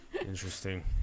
interesting